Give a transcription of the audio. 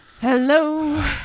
Hello